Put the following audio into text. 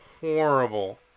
horrible